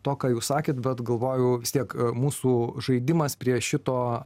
to ką jūs sakėt bet galvojau vis tiek mūsų žaidimas prie šito